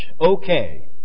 okay